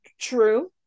True